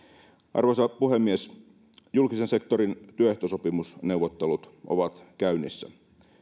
arvoisa puhemies julkisen sektorin työehtosopimusneuvottelut ovat käynnissä